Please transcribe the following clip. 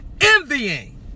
envying